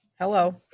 Hello